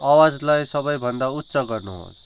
आवाजलाई सबैभन्दा उच्च गर्नुहोस्